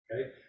okay